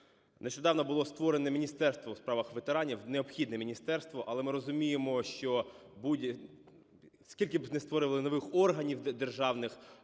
Нещодавно було створено Міністерство у справах ветеранів, необхідне міністерство. Але ми розуміємо, що скільки б не створили нових органів державних,